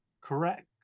correct